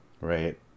right